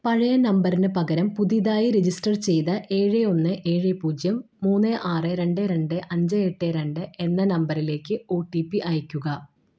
പഴയ നമ്പറിന് പകരം പുതിയതായി രജിസ്റ്റർ ചെയ്ത ഏഴ് ഒന്ന് ഏഴ് പൂജ്യം മൂന്ന് ആറ് രണ്ട് രണ്ട് അഞ്ച് എട്ട് രണ്ട് എന്ന നമ്പറിലേക്ക് ഒ ടി പി അയക്കുക